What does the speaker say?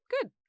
Good